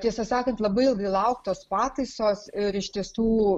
tiesą sakant labai ilgai lauktos pataisos ir iš tiesų